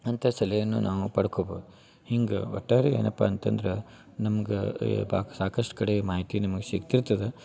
ಅಂಥ ಸಲಹೆಯನ್ನು ನಾವು ಪಡ್ಕೊಬೋದು ಹಿಂಗೆ ಒಟ್ಟಾರೆ ಏನಪ್ಪಾ ಅಂತಂದ್ರ ನಮ್ಗ ಏ ಪಾಕ್ ಸಾಕಷ್ಟು ಕಡೆ ಮಾಹಿತಿ ನಿಮಗೆ ಸಿಗ್ತಿರ್ತದ